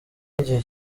y’igihe